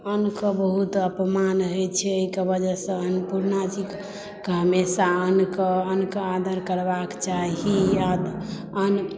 अन्नके बहुत अपमान होइ छै एहिके वजहसँ अन्नपुर्णा जीके हमेशा अन्नके अन्नके आदर करबाक चाही आओर अन्न